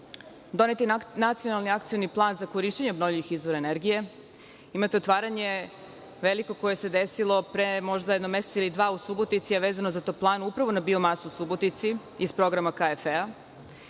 Donet je nacionalni akcioni plan za korišćenje obnovljivih izvora energije. Imate veliko otvaranje koje se desilo pre možda mesec ili dva u Subotici, a vezano za toplanu na biomasu u Subotici iz programa KFF.